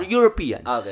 Europeans